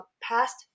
past